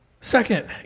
Second